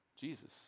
Jesus